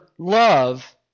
Love